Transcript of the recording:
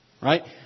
Right